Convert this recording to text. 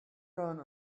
down